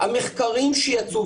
המחקרים שיצאו,